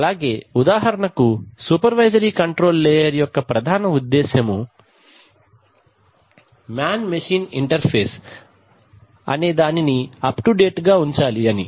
అలాగే ఉదాహరణకు supervisory control layer యొక్క ప్రధాన ఉద్దేశ్యము మ్యాన్ మెషీన్ ఇంటర్ ఫేస్ అనే దానిని అప్ టు డేట్ గా ఉంచాలి అని